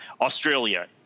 Australia